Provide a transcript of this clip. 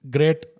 Great